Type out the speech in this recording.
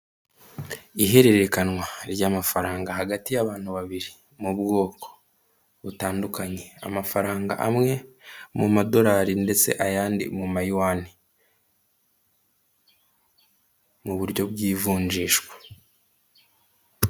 Ihererekanwa ry'amafaranga hagati y'abantu babiri, mu bwoko butandukanye, amafaranga amwe mu madorari ndetse ayandi mu mayuwani, mu buryo bwivunjishwa.